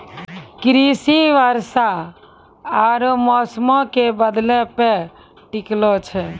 कृषि वर्षा आरु मौसमो के बदलै पे टिकलो छै